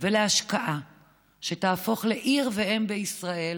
ולהשקעה כדי שתהפוך לעיר ואם בישראל